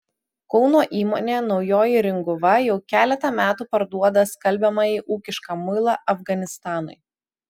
kauno įmonė naujoji ringuva jau keletą metų parduoda skalbiamąjį ūkišką muilą afganistanui